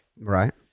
Right